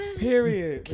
period